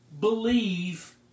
believe